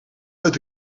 uit